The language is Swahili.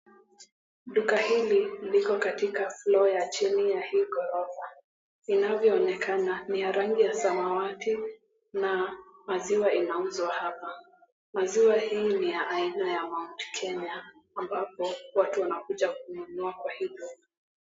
Duka hili liko katika floor ya chini ya hii ghorofa. Inavyoonekana ni ya rangi ya samawati na maziwa inauzwa hapa. Maziwa hii ni aina ya, Mt. Kenya, ambapo watu wanakuja kununua kwa hii duka.